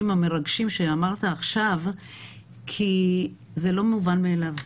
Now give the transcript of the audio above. המרגשים שאמרת עכשיו כי זה לא מובן מאליו,